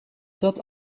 dat